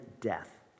death